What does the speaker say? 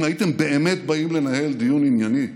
אם הייתם באמת באים לנהל דיון ענייני,